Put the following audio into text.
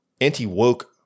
anti-woke